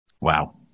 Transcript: Wow